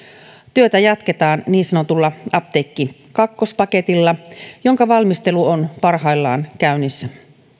työtä jatketaan niin sanotulla apteekki kaksi paketilla jonka valmistelu on parhaillaan käynnissä